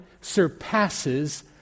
surpasses